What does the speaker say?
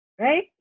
right